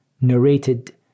narrated